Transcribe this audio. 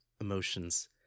emotions